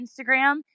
Instagram